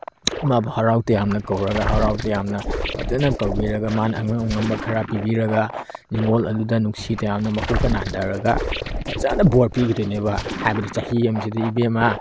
ꯃꯥꯕꯨ ꯍꯔꯥꯎ ꯇꯌꯥꯝꯅ ꯀꯧꯔꯒ ꯍꯔꯥꯎ ꯇꯌꯥꯝꯅ ꯐꯖꯅ ꯀꯧꯕꯤꯔꯒ ꯃꯥꯅ ꯑꯉꯝ ꯑꯉꯝꯕ ꯈꯔ ꯄꯤꯕꯤꯔꯒ ꯅꯤꯡꯉꯣꯜ ꯑꯗꯨꯗ ꯅꯨꯡꯁꯤ ꯇꯌꯥꯝꯅ ꯃꯀꯣꯛꯀ ꯅꯥꯟꯊꯔꯒ ꯐꯖꯅ ꯕꯣꯔ ꯄꯤꯒꯤꯗꯣꯏꯅꯦꯕ ꯍꯥꯏꯕꯗꯤ ꯆꯍꯤ ꯑꯃꯁꯤꯗ ꯏꯕꯦꯝꯃꯥ